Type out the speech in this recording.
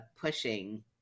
pushing